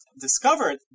discovered